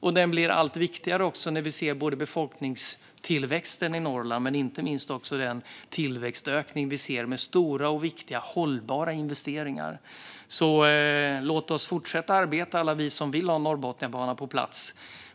Och den blir allt viktigare när vi ser både befolkningstillväxten i Norrland och, inte minst, den tillväxtökning som sker med stora och viktiga hållbara investeringar. Så låt oss fortsätta att arbeta, alla vi som vill ha Norrbotniabanan på plats!